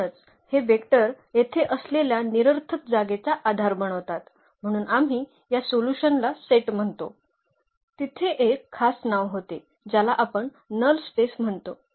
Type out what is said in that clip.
म्हणूनच हे वेक्टर येथे असलेल्या निरर्थक जागेचा आधार बनवतात म्हणून आम्ही या सोल्यूशनला सेट म्हणतो तिथे एक खास नाव होते ज्याला आपण नल स्पेस म्हणतो